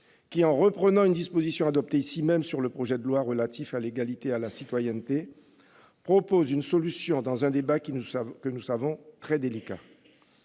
qui, en reprenant une disposition adoptée ici même lors de l'examen du projet de loi relatif à l'égalité et à la citoyenneté, propose une solution dans un débat que nous savons très délicat.